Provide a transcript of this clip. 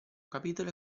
capitolo